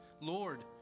Lord